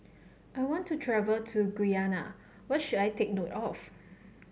I want to travel to Guyana what should I take note of